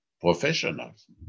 professionals